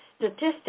statistics